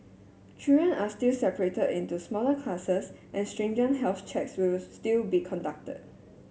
children are still separated into smaller classes and stringent health checks will still be conducted